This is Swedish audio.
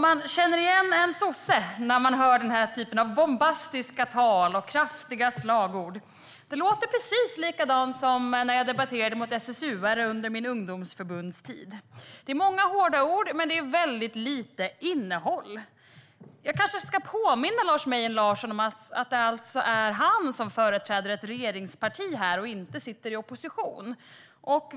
Man känner igen en sosse när man hör den här typen av bombastiska tal och kraftiga slagord. Det låter precis likadant som när jag debatterade mot SSU:are under min ungdomsförbundstid. Det är många hårda ord, men det är väldigt lite innehåll. Jag kanske ska påminna Lars Mejern Larsson om att det är han som företräder ett regeringsparti - han sitter inte i opposition.